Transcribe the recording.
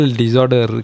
disorder